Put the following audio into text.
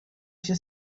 się